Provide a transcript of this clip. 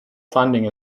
funding